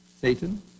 Satan